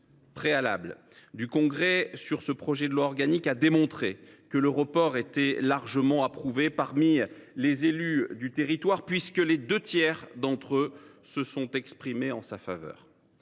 ce projet de loi organique a démontré que le report était largement approuvé par les élus du territoire, puisque les deux tiers d’entre eux se sont exprimés en sa faveur.